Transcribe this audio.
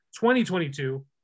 2022